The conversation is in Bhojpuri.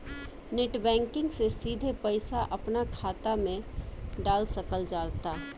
नेट बैंकिग से सिधे पईसा अपना खात मे डाल सकल जाता